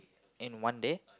in one day